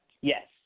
Yes